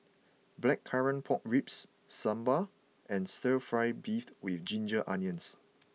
Blackcurrant Pork Ribs Sambal and Stir Fried Beef with Ginger Onions